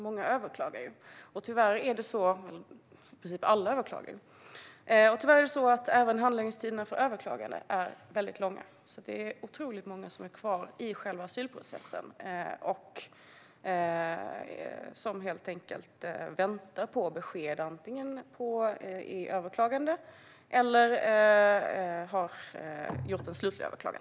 Många, i princip alla, överklagar. Tyvärr är även handläggningstiderna för överklagande väldigt långa. Det är alltså otroligt många som är kvar i själva asylprocessen och som helt enkelt väntar på besked, antingen från överklagan eller som har gjort en slutlig överklagan.